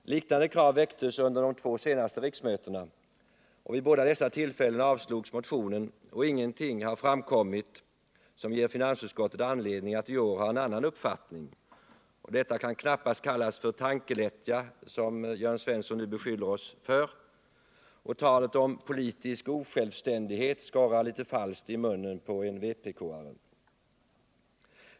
Liknande krav väcktes under de två senaste riksmötena. Vid båda dessa tillfällen avslogs motionerna, och ingenting har framkommit som ger finansutskottet anledning att i år ha en annan uppfattning. Detta kan knappast kallas för tankelättja, som Jörn Svensson nu beskyller oss för, och talet om politisk osjälvständighet skorrar litet falskt i munnen på en vpk-are.